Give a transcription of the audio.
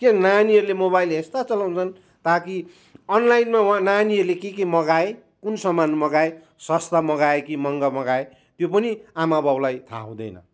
किन नानीहरूले मोबाइलहरू यस्ता चलाउँछन् ताकि अनलाइनमा उहाँ नानीहरूले के के मगाए कुन सामान मगाए सस्ता मगाए कि महँगा मगाए त्यो पनि आमाबाबुलाई थाहा हुँदैन